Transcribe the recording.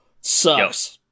Sucks